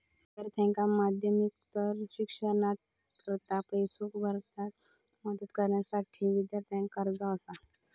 विद्यार्थ्यांका माध्यमिकोत्तर शिक्षणाकरता पैसो भरण्यास मदत करण्यासाठी विद्यार्थी कर्जा असा